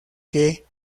que